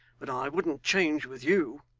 but i wouldn't change with you